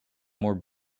more